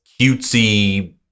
cutesy